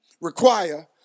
require